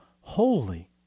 holy